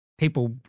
People